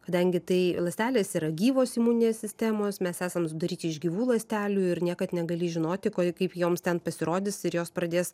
kadangi tai ląstelės yra gyvos imuninės sistemos mes esam sudaryti iš gyvų ląstelių ir niekad negali žinoti ko kaip joms ten pasirodys ir jos pradės